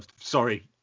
sorry